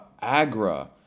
Agra